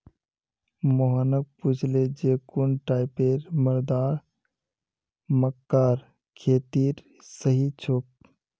मोहन पूछले जे कुन टाइपेर मृदा मक्कार खेतीर सही छोक?